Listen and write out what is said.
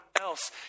else